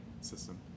system